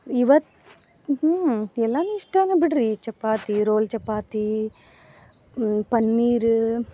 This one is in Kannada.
ಇವತ್ ಎಲ್ಲಾನು ಇಷ್ಟಾನ ಬಿಡ್ರೀ ಚಪಾತಿ ರೋಲ್ ಚಪಾತಿ ಪನ್ನೀರ